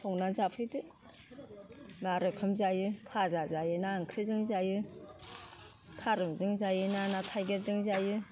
संना जाफैदो मा रोखोम जायो फाजा जायोना ओंख्रिजों जायो थारुनजों जायोना ना थाइगिरजों जायो